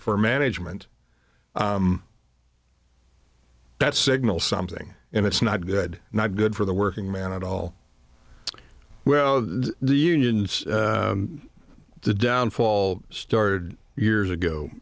for management that signal something and it's not good not good for the working man at all well the unions the downfall starred years ago